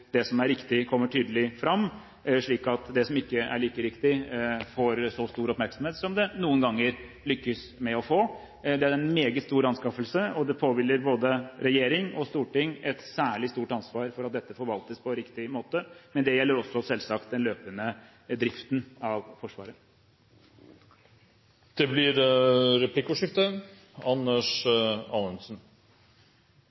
det som er riktig, kommer tydelig fram, slik at det som ikke er like riktig, ikke får så stor oppmerksomhet som det noen ganger lykkes med å få. Det er en meget stor anskaffelse, og det påhviler både regjering og storting et særlig stort ansvar for at dette forvaltes på riktig måte. Men det gjelder også selvsagt den løpende driften av Forsvaret. Det blir replikkordskifte.